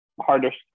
hardest